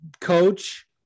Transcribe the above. coach